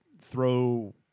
throw